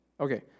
Okay